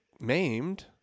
maimed